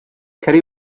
ceri